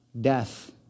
death